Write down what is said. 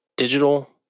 Digital